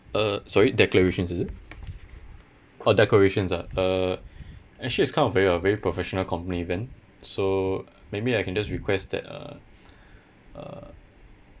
uh sorry declarations is it oh decorations ah uh actually it's kind of very a very professional company event so maybe I can just request that uh uh